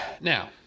Now